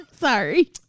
Sorry